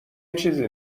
چیزی